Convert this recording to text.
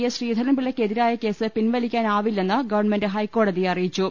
S ശ്രീധരൻപിള്ളക്കെതിരായ കേസ് പിൻവലിക്കാനാവില്ലെന്ന് ഗവൺമെന്റ് ഹൈക്കോടതിയെ അറിയിച്ചു